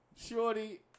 Shorty